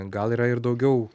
gal yra ir daugiau